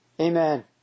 Amen